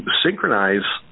synchronize